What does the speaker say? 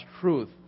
truth